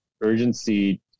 urgency